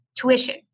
Tuition